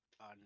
on